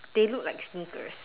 they look like sneakers